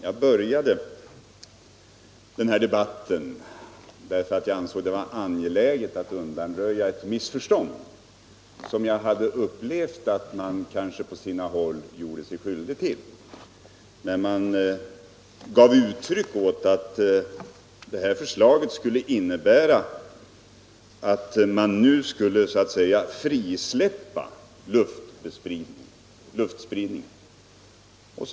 Jag inledde den här debatten därför att jag ansåg det vara angeläget att undanröja ett missförstånd som jag upplevde att man på sina håll gjorde sig skyldig till när man sade att förslaget skulle innebära att vi nu skulle frisläppa luftspridning av bekämpningsmedel.